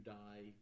die